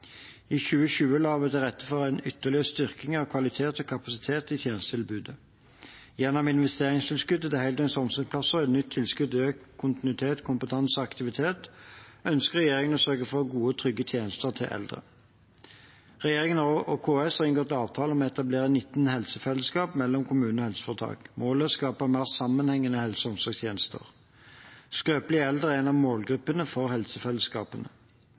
I 2020 har vi lagt til rette for en ytterligere styrking av kvalitet og kapasitet i tjenestetilbudet. Gjennom investeringstilskuddet til heldøgns omsorgsplasser og et nytt tilskudd til økt kontinuitet, kompetanse og aktivitet ønsker regjeringen å sørge for gode og trygge tjenester til eldre. Regjeringen og KS har inngått avtale om å etablere 19 helsefellesskap mellom kommuner og helseforetak. Målet er å skape mer sammenhengende helse- og omsorgstjenester. Skrøpelige eldre er en av målgruppene for helsefellesskapene.